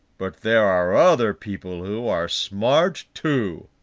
but there are other people who are smart too,